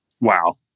Wow